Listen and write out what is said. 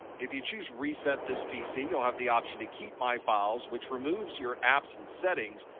if you choose reset this pc, you'll have the option to keep my files, which removes your apps and settings,